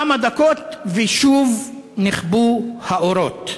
כמה דקות ושוב נכבו האורות.